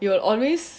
you will always